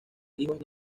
hijos